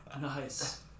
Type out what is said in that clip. Nice